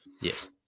Yes